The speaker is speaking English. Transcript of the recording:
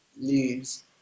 leaves